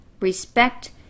respect